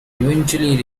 eventually